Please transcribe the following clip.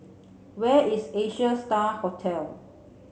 where is Asia Star Hotel